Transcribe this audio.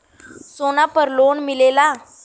सोना पर लोन मिलेला?